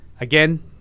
again